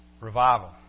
Revival